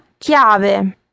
chiave